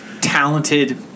talented